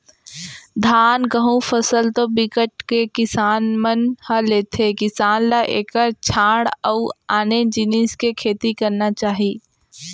धान, गहूँ फसल तो बिकट के किसान मन ह लेथे किसान ल एखर छांड़ अउ आने जिनिस के खेती करना चाही